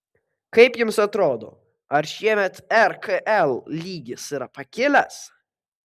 kaip jums atrodo ar šiemet rkl lygis yra pakilęs